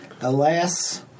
alas